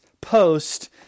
post